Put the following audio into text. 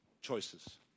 choices